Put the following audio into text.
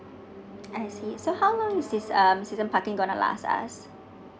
I see so how is this um season parking gonna last as